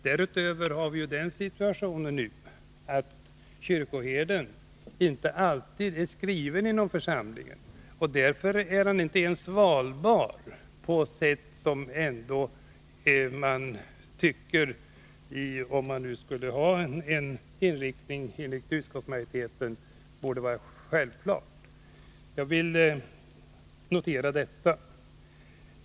Därutöver har vi nu den situationen att kyrkoherden inte alltid är skriven inom församlingen och därmed inte ens valbar — vilket ändå borde vara självklart med en sådan inriktning som utskottsmajoriteten har. — Jag vill notera detta.